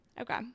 okay